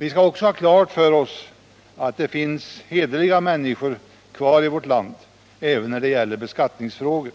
Vi skall också ha klart för oss att det finns hederliga människor kvar i vårt land även när det gäller beskattningsfrågor.